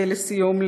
לסיום,